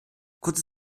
kurze